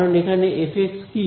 কারণ এখানে f কি